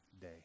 day